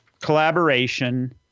collaboration